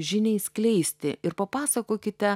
žiniai skleisti ir papasakokite